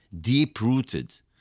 deep-rooted